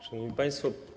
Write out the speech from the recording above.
Szanowni Państwo!